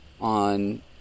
on